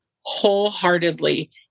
wholeheartedly